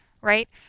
right